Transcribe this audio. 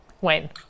Wayne